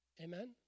Amen